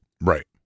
Right